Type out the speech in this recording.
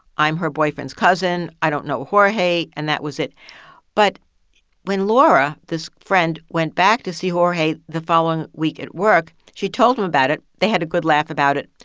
i'm her boyfriend's cousin. i don't know jorge. and that was it but when laura, this friend, went back to see jorge the following week at work, she told him about it, they had a good laugh about it,